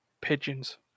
pigeons